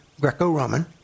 Greco-Roman